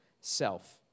self